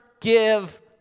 give